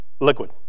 liquid